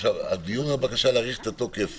התוקף